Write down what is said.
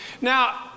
Now